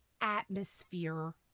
atmosphere